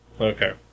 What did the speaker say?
Okay